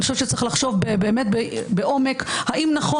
אני חושבת שצריך לחשוב בעומק האם נכון